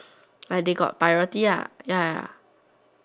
like they got priority ah ya ya